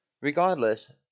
Regardless